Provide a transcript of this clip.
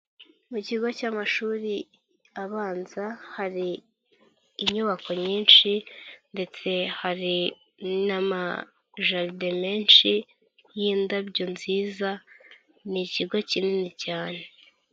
Mu kigo cy'amashuri abanza hari inyubako nyinshi ndetse hari n'amajaride menshi y'indabyo nziza ni ikigo kinini cyane.